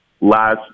last